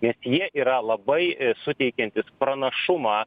nes jie yra labai suteikiantys pranašumą